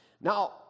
Now